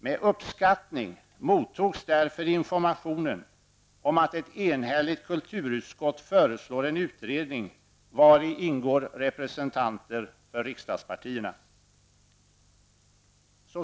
Med uppskattning mottogs därför informationen om att ett enhälligt kulturutskott föreslår en utredning, vari ingår representanter för riksdagspartierna.